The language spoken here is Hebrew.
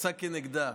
יצא כנגדה,